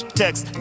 text